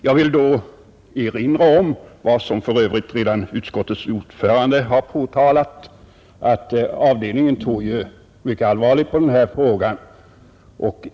Jag vill erinra om vad för övrigt redan utskottets ordförande uttalat, att avdelningen tog mycket allvarligt på denna fråga.